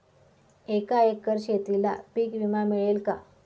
एका एकर शेतीला पीक विमा मिळेल का?